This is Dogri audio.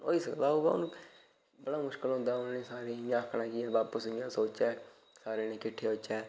होई सकदा वा हून बड़ा मुश्कल होई हुंदा कि सारें आखना कि सारे 'सोचै सारे जने इ'यां सोचै